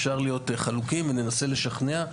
אפשר להיות חלוקים וננסה לשכנע.